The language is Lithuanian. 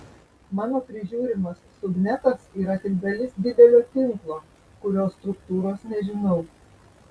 mano prižiūrimas subnetas yra tik dalis didelio tinklo kurio struktūros nežinau